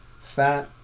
Fat